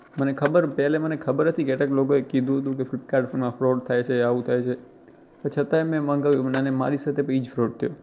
મને ખબર પહેલાં મને ખબર હતી કે કેટલાક લોકોએ કીધું હતું કે ફ્લિપકાર્ટમાં ફ્રૉડ થાય છે આવું થાય છે તે છતાંય મેં મગાવ્યું અને મારી સાથે બી એ જ ફ્રૉડ થયો